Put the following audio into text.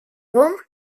won